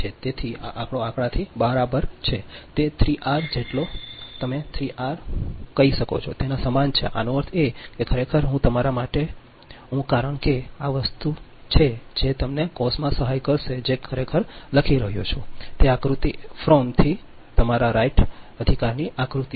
તેથી આ આંકડો આ આંકડાથી બરાબર છે તે 3R જેટલો તમે 3 આર ક Rલ કરો છો તેના સમાન છે આનો અર્થ એ કે આ ખરેખર હું તમારા માટે છું કારણ કે તે આ વસ્તુ છે જે તમને કૌંસમાં સહાય કરશે જે હું ખરેખર લખી રહ્યો છું તે છે આકૃતિ from થી તમારા right અધિકારની આકૃતિ છે